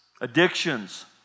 addictions